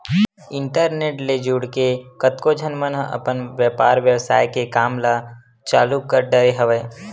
internet ले जुड़के कतको झन मन ह अपन बेपार बेवसाय के काम ल चालु कर डरे हवय